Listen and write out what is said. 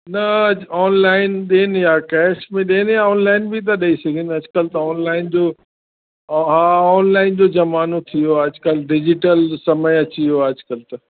न अॼु ऑनलाइन ॾियनि या कैश में ॾियनि या ऑनलाइन बि था ॾई सघनि अॼुकल्ह त ऑनलाइन जो हा ऑनलाइन जो जमानो थी वियो आ अॼुकल्ह डिजिटल समय अची वियो आहे अॼुकल्ह त